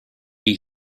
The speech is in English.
you